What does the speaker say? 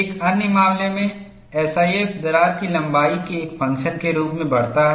एक अन्य मामले में एसआईएफ दरार की लंबाई के एक फंक्शन के रूप में बढ़ता है